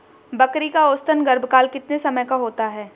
बकरी का औसतन गर्भकाल कितने समय का होता है?